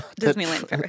Disneyland